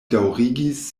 daŭrigis